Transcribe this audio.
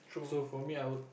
so for me I'll